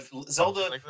Zelda